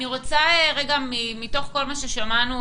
מתוך כל מה ששמענו